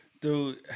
Dude